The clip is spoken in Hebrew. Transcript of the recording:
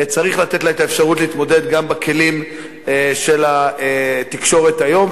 וצריך לתת לה את האפשרות להתמודד גם בכלים של התקשורת היום.